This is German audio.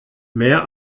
mehr